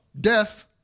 death